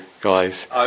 guys